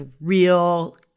real